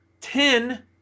ten